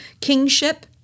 kingship